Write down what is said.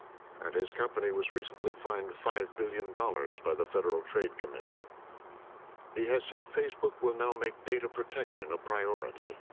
and his company was recently fined five billion dollars by the federal trade commission. and he has said facebook will now make data protection a priority,